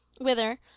Whither